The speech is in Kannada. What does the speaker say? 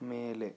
ಮೇಲೆ